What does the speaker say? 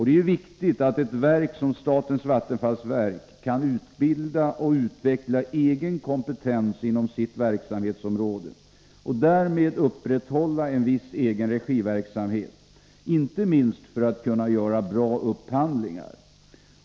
Det är viktigt att ett verk som statens vattenfallsverk kan utbilda och utveckla egen kompetens inom sitt verksamhetsområde och därmed upprätthålla en viss egenregiverksamhet inte minst för att kunna göra bra upphandlingar.